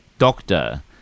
doctor